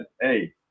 Hey